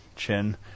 chin